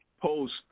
post